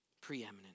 preeminent